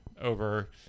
Over